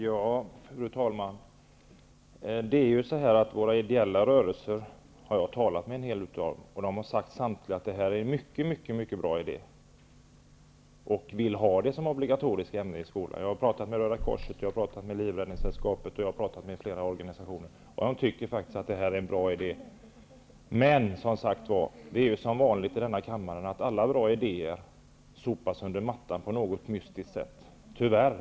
Fru talman! Jag har talat med en hel del av de ideella rörelserna, och samtliga har sagt att det här är en bra idé och att de vill ha detta som ett obligatoriskt ämne i skolan. Jag har talat med Röda korset, Livräddningssällskapet och flera andra organisationer. Som vanligt i denna kammare sopas alla bra idéer under mattan på något mystiskt sätt -- tyvärr.